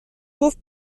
گفت